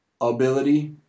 ability